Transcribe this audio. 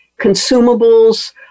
consumables